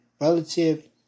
relative